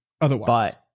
Otherwise